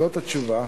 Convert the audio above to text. זאת התשובה.